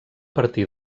partir